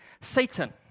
Satan